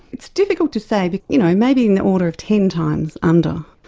it's difficult to say, but you know maybe in the order of ten times under.